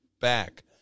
back